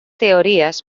teories